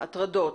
הטרדות,